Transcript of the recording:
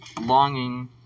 longing